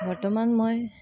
বৰ্তমান মই